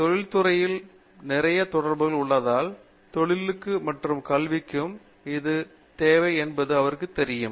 தொழில் துறையில் நிறைய தொடர்பு உள்ளதால் தொழிலுக்கு மற்றும் கல்விக்கு எது தேவை என்பது அவருக்கு தெரியும்